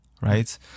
Right